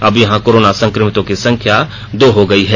अब यहां कोरोना संक्रमितों की संख्या दो हो गई है